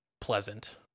pleasant